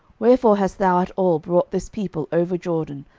wherefore hast thou at all brought this people over jordan,